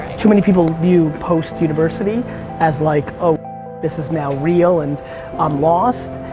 too many people view post-university as like, oh this is now real and i'm lost.